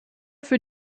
für